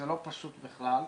זה לא פשוט בכלל,